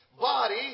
body